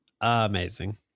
amazing